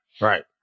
right